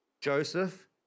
Joseph